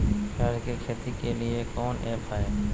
प्याज के खेती के लिए कौन ऐप हाय?